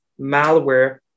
malware